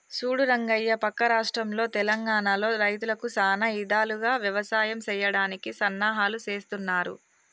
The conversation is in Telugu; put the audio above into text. సూడు రంగయ్య పక్క రాష్ట్రంలో తెలంగానలో రైతులకు సానా ఇధాలుగా యవసాయం సెయ్యడానికి సన్నాహాలు సేస్తున్నారు